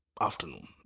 afternoon